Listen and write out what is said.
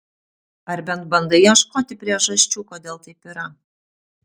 ar bent bandai ieškoti priežasčių kodėl taip yra